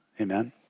amen